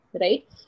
right